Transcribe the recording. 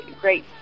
Great